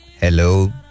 Hello